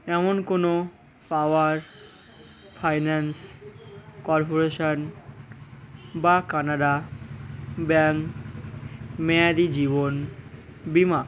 এমন কোনো power finance corporation বা কানাড়া ব্যাঙ্ক মেয়াদি জীবন বীমা